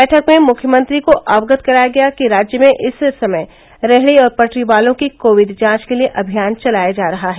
बैठक में मुख्यमंत्री को अवगत कराया गया कि राज्य में इस समय रेहड़ी और पटरी वालों की कोविड जांच के लिए अभियान चलाया जा रहा है